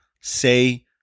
say